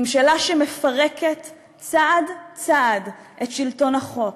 ממשלה שמפרקת צעד-צעד את שלטון החוק,